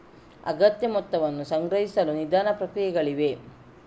ಅಗತ್ಯ ಮೊತ್ತವನ್ನು ಸಂಗ್ರಹಿಸಲು ನಿಧಾನ ಪ್ರಕ್ರಿಯೆಗಳಿವೆ